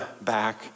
back